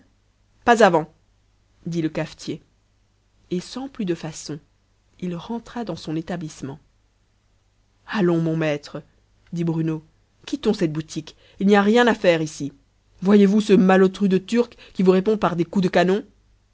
pas avant dit le cafetier et sans plus de façons il rentra dans son établissement allons mon maître dit bruno quittons cette boutique il n'y a rien à faire ici voyez-vous ce malotru de turc qui vous répond par des coups de canon